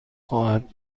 خواهد